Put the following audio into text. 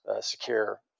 secure